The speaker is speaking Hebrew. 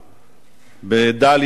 בדאליה ועוספיא,